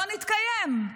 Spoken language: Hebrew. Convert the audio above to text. לא נתקיים.